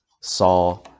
saw